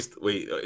wait